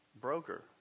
Broker